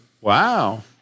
Wow